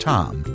Tom